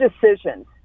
decisions